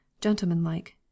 gentlemanlike